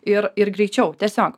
ir ir greičiau tiesiog